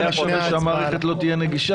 זכות דיבור לפני ההצבעה.